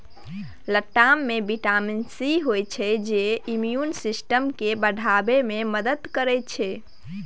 लताम मे vitamin C होइ छै जे इम्युन सिस्टम केँ बढ़ाबै मे मदद करै छै